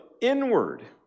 inward